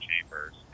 Chambers